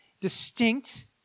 distinct